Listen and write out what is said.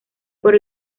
por